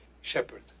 Shepherd